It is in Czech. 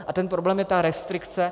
A ten problém je ta restrikce.